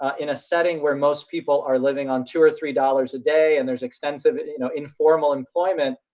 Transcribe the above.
ah in a setting where most people are living on two dollars or three dollars a day, and there's extensive and you know informal employment,